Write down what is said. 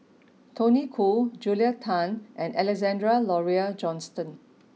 Tony Khoo Julia Tan and Alexander Laurie Johnston